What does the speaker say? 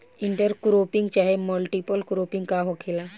Inter cropping चाहे multiple cropping का होखेला?